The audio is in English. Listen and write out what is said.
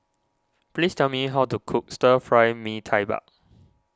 please tell me how to cook Stir Fry Mee Tai Bak